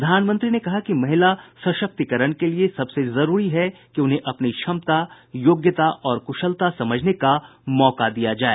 प्रधानमंत्री ने कहा कि महिला सशक्तिकरण के लिए सबसे जरूरी है कि उन्हें अपनी क्षमता योग्यता और कुशलता समझने का मौका दिया जाए